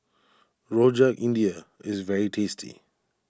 Rojak India is very tasty